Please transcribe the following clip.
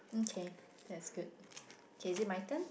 okay that's good okay is it my turn